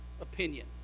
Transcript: opinion